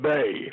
Bay